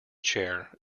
chair